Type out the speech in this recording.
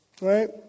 right